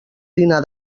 dinar